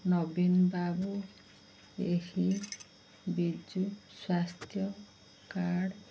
ନବୀନ ବାବୁ ଏହି ବିଜୁ ସ୍ୱାସ୍ଥ୍ୟ କାର୍ଡ଼